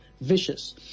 vicious